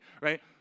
right